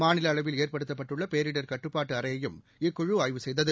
மாநில அளவில் ஏற்படுத்தப்பட்டுள்ள பேரிடர் கட்டுப்பாட்டு அறையையும் இக்குழு ஆய்வு செய்தது